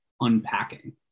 unpacking